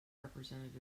representative